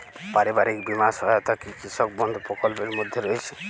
পারিবারিক বীমা সহায়তা কি কৃষক বন্ধু প্রকল্পের মধ্যে রয়েছে?